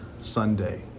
Sunday